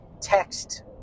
text